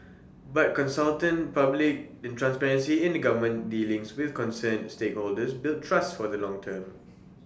but consultant public in transparency in the government's dealings with concerned stakeholders build trust for the long term